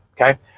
Okay